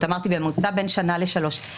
אמרתי, ממוצע בין שנה לשלוש שנים.